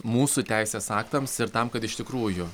mūsų teisės aktams ir tam kad iš tikrųjų